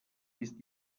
ist